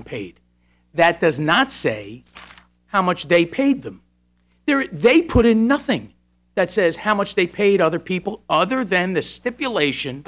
on paid that does not say how much they paid them their they put in nothing that says how much they paid other people other than the stipulation